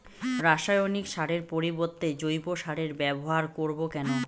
রাসায়নিক সারের পরিবর্তে জৈব সারের ব্যবহার করব কেন?